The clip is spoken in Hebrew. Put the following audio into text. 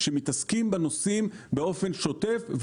שמתעסקים בנושאים באופן שוטף,